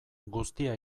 guztia